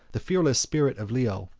the fearless spirit of leo,